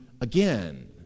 again